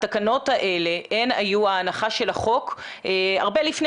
התקנות האלה הן היו ההנחה של החוק הרבה לפני